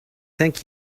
thank